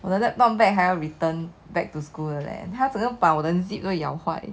我的 laptop bag 还要 return back to school leh 他整个把我的 zip 都咬坏